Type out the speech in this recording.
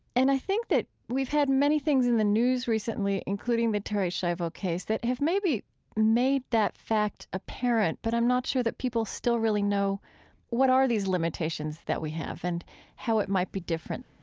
and i think that we've had many things in the news recently, including the terri schiavo case, that have maybe made that fact apparent. but i'm not sure that people still really know what are these limitations that we have and how it might be different